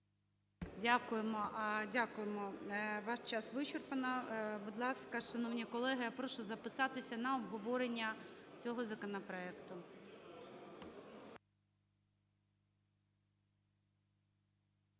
Дякуємо. Ваш час вичерпано. Будь ласка, шановні колеги, я прошу записатися на обговорення цього законопроекту.